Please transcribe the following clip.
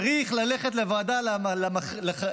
צריך ללכת לוועדה לחריגים.